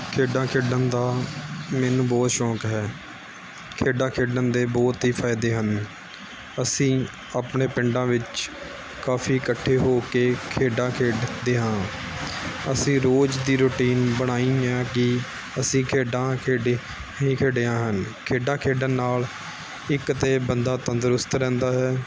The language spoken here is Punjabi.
ਖੇਡਾਂ ਖੇਡਣ ਦਾ ਮੈਨੂੰ ਬਹੁਤ ਸ਼ੌਕ ਹੈ ਖੇਡਾਂ ਖੇਡਣ ਦੇ ਬਹੁਤ ਹੀ ਫਾਇਦੇ ਹਨ ਅਸੀਂ ਆਪਣੇ ਪਿੰਡਾਂ ਵਿੱਚ ਕਾਫ਼ੀ ਇਕੱਠੇ ਹੋ ਕੇ ਖੇਡਾਂ ਖੇਡਦੇ ਹਾਂ ਅਸੀਂ ਰੋਜ਼ ਦੀ ਰੁਟੀਨ ਬਣਾਈ ਹੈ ਕਿ ਅਸੀਂ ਖੇਡਾਂ ਖੇਡੀ ਖੇਡੀਆਂ ਹਨ ਖੇਡਾਂ ਖੇਡਣ ਨਾਲ ਇੱਕ ਤਾਂ ਬੰਦਾ ਤੰਦਰੁਸਤ ਰਹਿੰਦਾ ਹੈ